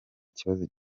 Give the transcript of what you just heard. kibazo